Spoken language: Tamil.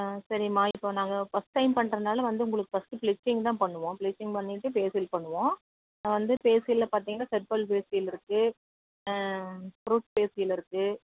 ஆ சரிம்மா இப்போ நாங்கள் ஃபஸ்ட் டைம் பண்றதனால வந்து உங்களுக்கு ஃபஸ்ட்டு ப்ளீச்சிங் தான் பண்ணுவோம் ப்ளீச்சிங் பண்ணிவிட்டு ஃபேஷியல் பண்ணுவோம் நான் வந்து ஃபேஷியலில் பார்த்திங்கன்னா ஹெர்பல் ஃபேஷியல் இருக்குது ஃப்ரூட் ஃபேஷியல் இருக்குது